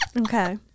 Okay